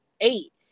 eight